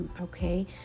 okay